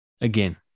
again